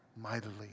mightily